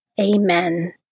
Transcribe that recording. Amen